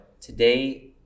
today